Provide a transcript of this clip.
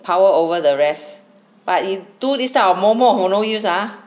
power over the rest but you do this type of 嬷嬷 who no use ah